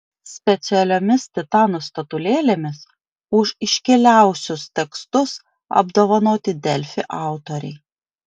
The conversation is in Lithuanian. specialiomis titanų statulėlėmis už iškiliausius tekstus apdovanoti delfi autoriai